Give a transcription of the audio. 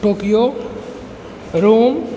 Tokyo Rome